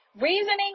Reasoning